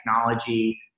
technology